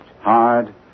hard